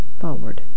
forward